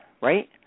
Right